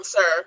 Sir